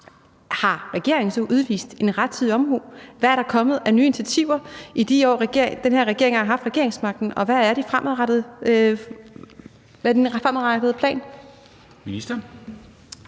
Har regeringen så udvist rettidig omhu? Hvad er der kommet af nye initiativer i de år, den her regering har haft regeringsmagten, og hvad er den fremadrettede plan?